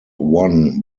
won